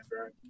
right